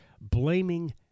blaming